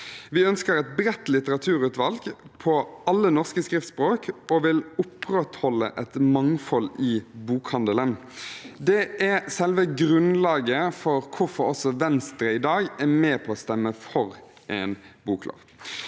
Vi ønsker et bredt litteraturutvalg på alle norske skriftspråk og vil opprettholde et mangfold i bokhandelen. Det er selve grunnlaget for hvorfor også Venstre i dag er med på å stemme for en boklov.